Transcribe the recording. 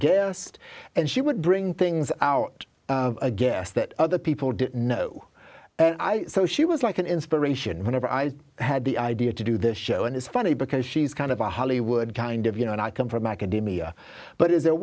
guessed and she would bring things our guest that other people didn't know and i so she was like an inspiration whenever i had the idea to do this show and it's funny because she's kind of a hollywood kind of you know and i come from academia but is th